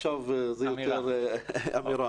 ועכשיו זאת יותר אמירה.